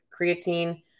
creatine